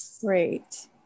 Great